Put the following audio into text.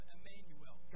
Emmanuel